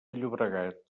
llobregat